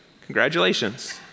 Congratulations